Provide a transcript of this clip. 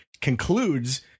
concludes